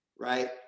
right